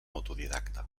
autodidacta